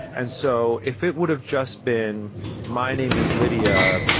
and so if it would have just been my name is lydia.